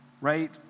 right